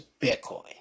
Bitcoin